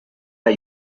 hay